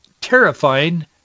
terrifying